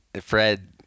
Fred